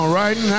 right